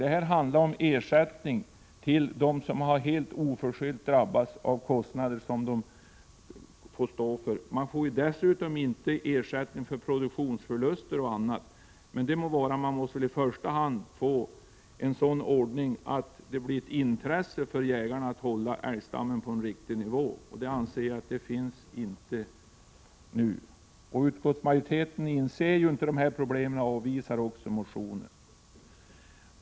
Det handlar om ersättning till dem som helt oförskyllt har drabbats av kostnader som de får stå för. De får dessutom inte ersättning för produktionsförluster och annat. Det må vara, men man måste väl i första hand få en sådan ordning att det blir ett intresse för jägarna att hålla älgstammen på en riktig nivå. Jag anser att så inte är fallet nu. Utskottsmajoriteten inser inte dessa problem och avvisar också motionen.